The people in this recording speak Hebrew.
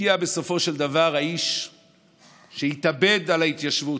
הגיע בסופו של דבר האיש שהתאבד על ההתיישבות,